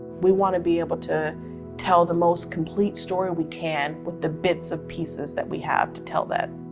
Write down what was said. we want to be able to tell the most complete story we can, with the bits of pieces that we have to tell that.